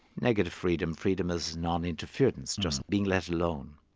negative freedom, freedom as non-interference, just being let alone.